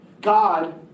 God